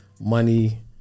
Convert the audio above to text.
money